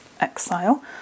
exile